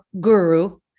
guru